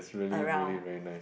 around